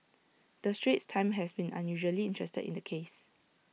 the straits times has been unusually interested in the case